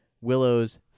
Willow's